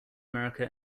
america